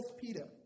Peter